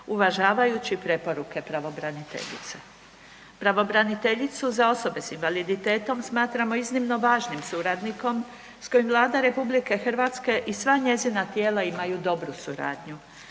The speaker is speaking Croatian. uvažavajući preporuke pravobraniteljice. Pravobraniteljicu za osobe s invaliditetom smatramo iznimno važnim suradnikom s kojom Vlada RH i sva njezina tijela imaju dobru suradnju.